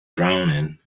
drowning